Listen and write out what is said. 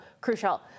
crucial